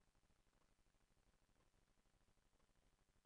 16:00. ישיבה ישיבה זו נעולה.